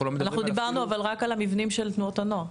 דיברנו רק על המבנים של תנועות הנוער.